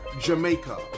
Jamaica